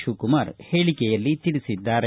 ಶಿವಕುಮಾರ್ ಹೇಳಿಕೆಯಲ್ಲಿ ತಿಳಿಸಿದ್ದಾರೆ